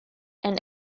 and